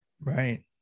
right